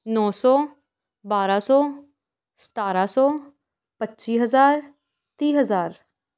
ਨੌ ਸੌ ਬਾਰ੍ਹਾਂ ਸੌ ਸਤਾਰ੍ਹਾਂ ਸੌ ਪੱਚੀ ਹਜ਼ਾਰ ਤੀਹ ਹਜ਼ਾਰ